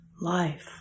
life